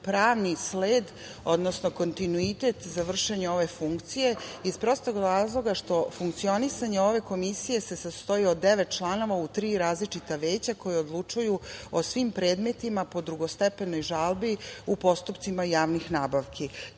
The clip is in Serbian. pravni sled, odnosno kontinuitet za vršenje ove funkcije iz prostog razloga što funkcionisanje ove Komisije se sastoji od devet članova u tri različita veća koji odlučuju o svim predmetima po drugostepenoj žalbi u postupcima javnih nabavki,